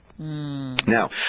now